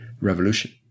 revolution